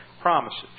promises